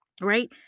right